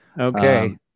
Okay